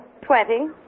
Twenty